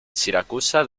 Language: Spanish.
siracusa